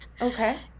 Okay